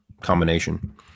combination